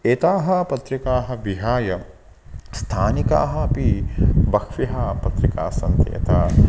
एताः पत्रिकाः विहाय स्थानिकाः अपि बह्व्यः पत्रिकाः सन्ति यथा